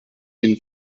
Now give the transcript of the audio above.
den